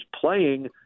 playing